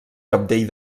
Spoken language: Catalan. cabdell